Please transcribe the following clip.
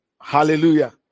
hallelujah